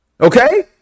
Okay